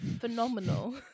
phenomenal